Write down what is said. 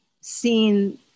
seeing